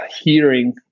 hearing